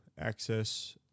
access